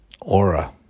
aura